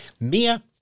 Mia